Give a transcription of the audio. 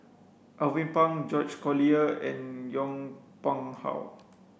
Alvin Pang George Collyer and Yong Pung How